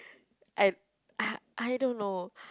I ah I don't know